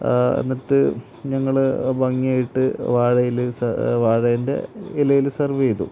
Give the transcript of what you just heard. എന്നിട്ട് ഞങ്ങള് ഭംഗിയായിട്ട് വാഴയിലയില് വാഴേൻ്റെ ഇലയില് സര്വ് ചെയ്തു